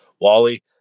Wally